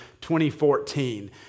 2014